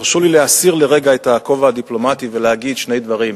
תרשו לי להסיר לרגע את הכובע הדיפלומטי ולהגיד שני דברים: